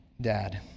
dad